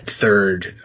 third